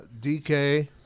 DK